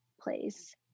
place